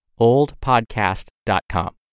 oldpodcast.com